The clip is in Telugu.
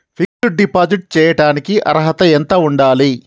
ఫిక్స్ డ్ డిపాజిట్ చేయటానికి అర్హత ఎంత ఉండాలి?